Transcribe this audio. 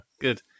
good